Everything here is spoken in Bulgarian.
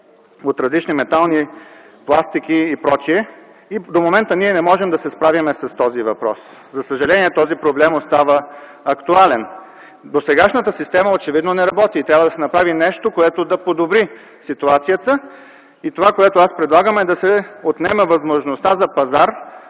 от различни метални пластики и прочие. До момента ние не можем да се справим с този въпрос. За съжаление този проблем остава актуален. Досегашната система очевидно не работи и трябва да се направи нещо, което да подобри ситуацията. Това, което аз предлагам, е да се отнеме възможността за пазар